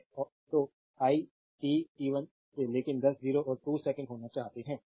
तो 1 t t 1 से लेकिन दस 0 और 2 सेकंड होना चाहते हैं